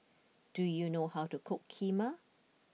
do you know how to cook Kheema